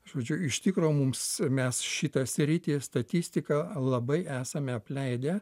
žodžiu iš tikro mums mes šitą sritį statistiką labai esame apleidę